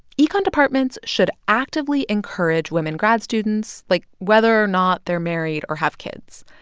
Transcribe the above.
econ departments should actively encourage women grad students, like, whether or not they're married or have kids.